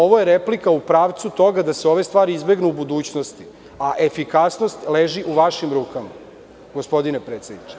Ovo je replika u pravcu toga da se ove stvari izbegnu u budućnosti, a efikasnost leži u vašim rukama, gospodine predsedniče.